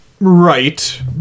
Right